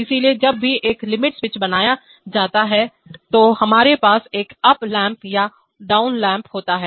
इसलिए जब भी एक लिमिट स्विच बनाया जाता है तो हमारे पास एक अप लैंप या एक डाउन लैंप होता है